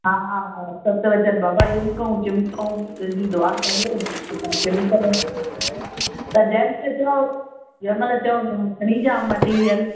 हा हा सत वचन बाबा चिमकऊं चिमकऊं तुंहिंजी दुआ लॻे त चिमकऊं त जंहिंमहिल चओ जंहिंमहिल चओ मां खणी अचां मटेरियल